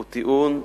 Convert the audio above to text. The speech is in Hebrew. הוא טיעון,